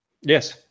Yes